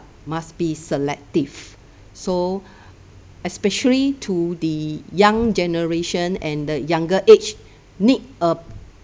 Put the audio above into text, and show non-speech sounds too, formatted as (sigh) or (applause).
must be selective so (breath) especially to the young generation and the younger age need a